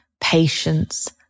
patience